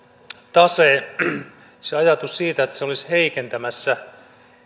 tase ajatus siitä että se olisi heikentämässä